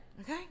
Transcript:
Okay